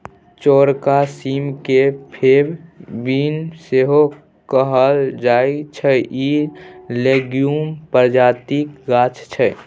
चौरका सीम केँ फेब बीन सेहो कहल जाइ छै इ लेग्युम प्रजातिक गाछ छै